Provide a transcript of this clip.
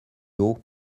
haut